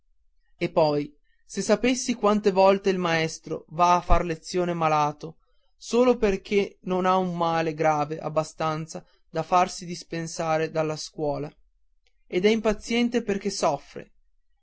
e poi se sapessi quante volte il maestro va a far lezione malato solo perché non ha un male grave abbastanza da farsi dispensar dalla scuola ed è impaziente perché soffre